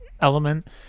element